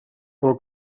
pel